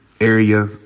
area